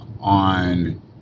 on